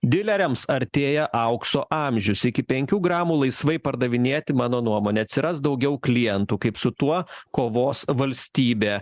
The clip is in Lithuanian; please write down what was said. dileriams artėja aukso amžius iki penkių gramų laisvai pardavinėti mano nuomone atsiras daugiau klientų kaip su tuo kovos valstybė